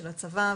של הצבא,